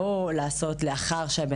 איך אפשר להסביר את זה?